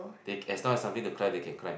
they as long as something to climb they can climb